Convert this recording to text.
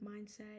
mindset